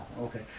Okay